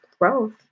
growth